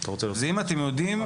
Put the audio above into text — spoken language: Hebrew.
זה אם אתם יודעים,